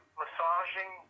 massaging